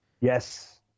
yes